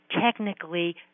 technically